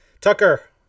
tucker